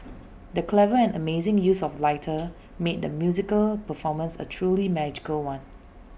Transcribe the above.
the clever and amazing use of lighting made the musical performance A truly magical one